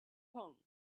kong